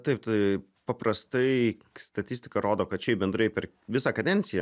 taip tai paprastai statistika rodo kad šiaip bendrai per visą kadenciją